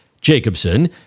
Jacobson